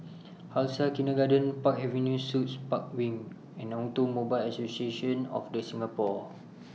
Khalsa Kindergarten Park Avenue Suites Park Wing and Automobile Association of The Singapore